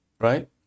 right